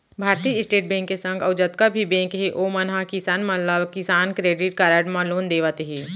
भारतीय state bank के संग अउ जतका भी बेंक हे ओमन ह किसान मन ला किसान क्रेडिट कारड म लोन देवत हें